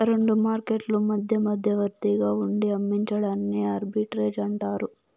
రెండు మార్కెట్లు మధ్య మధ్యవర్తిగా ఉండి అమ్మించడాన్ని ఆర్బిట్రేజ్ అంటారు